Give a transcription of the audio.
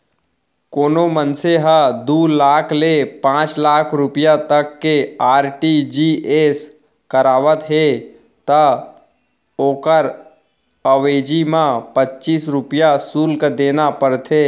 कोनों मनसे ह दू लाख ले पांच लाख रूपिया तक के आर.टी.जी.एस करावत हे त ओकर अवेजी म पच्चीस रूपया सुल्क देना परथे